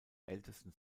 ältesten